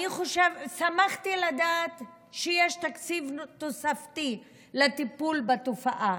שמחתי לדעת שיש תקציב תוספתי לטיפול בתופעה.